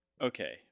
Okay